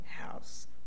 house